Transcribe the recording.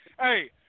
Hey